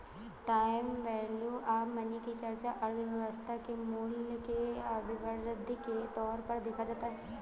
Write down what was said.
time value of money की चर्चा अर्थव्यवस्था में मूल्य के अभिवृद्धि के तौर पर देखा जाता है